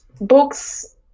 Books